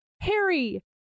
Harry